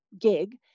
gig